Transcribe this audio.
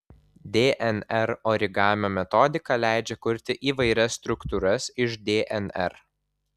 dnr origamio metodika leidžia kurti įvairias struktūras iš dnr